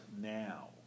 now